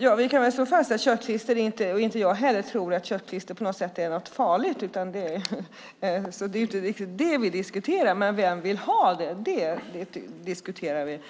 Herr talman! Jag tror inte heller att köttklister är något farligt. Det är inte det vi diskuterar. Men vem vill ha det? Det diskuterar vi.